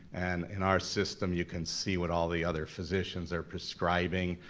and in our system, you can see what all the other physicians are prescribing.